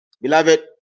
beloved